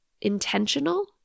intentional